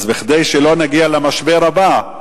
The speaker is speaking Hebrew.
כדי שלא נגיע למשבר הבא,